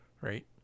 right